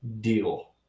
deal